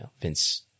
Vince